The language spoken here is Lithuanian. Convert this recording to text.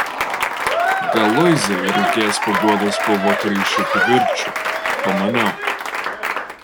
gal luizai reikės paguodos po vakarykščio kivirčo pamaniau